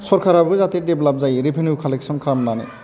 सरकाराबो जाहाथे देब्लाप जायो रेभिनिउ कालेकसन खालामनानै